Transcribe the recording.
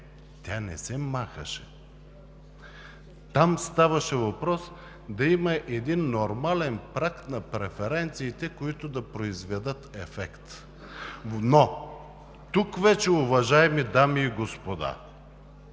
тя не се махаше – там ставаше въпрос да има един нормален праг на преференциите, които да произведат ефект. Но тук вече, уважаеми дами и господа